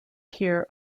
tier